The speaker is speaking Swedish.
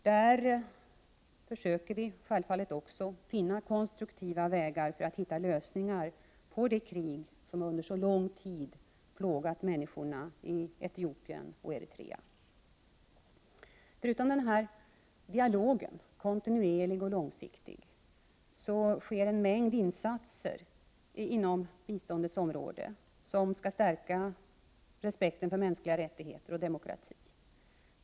Här försöker vi självfallet också finna konstruktiva lösningar för att få slut på det krig som under så lång tid plågat människorna i Etiopien och Eritrea. Förutom den kontinuerliga och långsiktiga dialogen sker en mängd insatser inom biståndsområdet som skall stärka respekten för mänskliga rättigheter och demokrati.